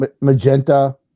magenta